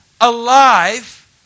alive